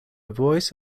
voice